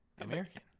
American